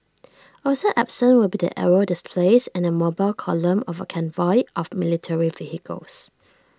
also absent will be the aerial displays and the mobile column of A convoy of military vehicles